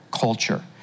culture